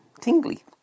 tingly